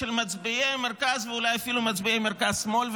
של מצביעי מרכז ואולי אפילו מצביעי מרכז-שמאל.